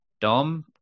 Dom